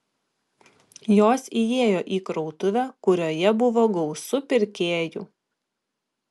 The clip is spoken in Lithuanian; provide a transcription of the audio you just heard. jos įėjo į krautuvę kurioje buvo gausu pirkėjų